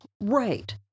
Right